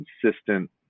consistent